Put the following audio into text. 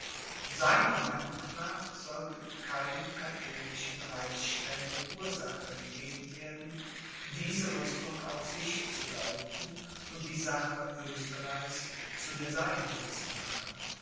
seiner meinung nach sollte keinem katholischen reichsstände ursache gegeben werden diese rüstung auf sich zu deuten und die sache oesterreichs zu der seinigen zu machen